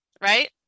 right